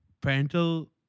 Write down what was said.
parental